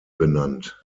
benannt